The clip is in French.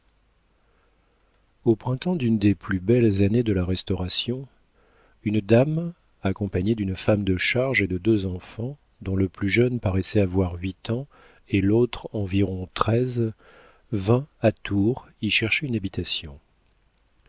au printemps d'une des plus belles années de la restauration une dame accompagnée d'une femme de charge et de deux enfants dont le plus jeune paraissait avoir huit ans et l'autre environ treize vint à tours y chercher une habitation